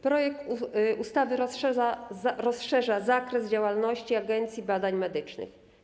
Projekt ustawy rozszerza zakres działalności Agencji Badań Medycznych.